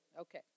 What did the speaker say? Okay